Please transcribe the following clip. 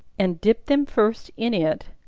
and dip them first in it,